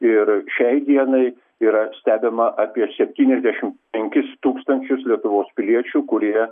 ir šiai dienai yra stebima apie septyniasdešim penkis tūkstančius lietuvos piliečių kurie